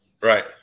right